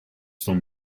from